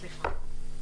סליחה.